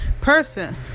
person